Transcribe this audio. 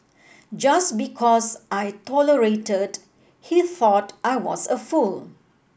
just because I tolerated he thought I was a fool